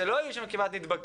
שלא היו שם כמעט נדבקים,